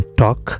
talk